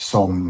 Som